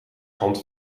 hand